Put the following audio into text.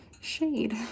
shade